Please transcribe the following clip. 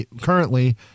currently